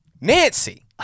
Nancy